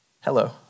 Hello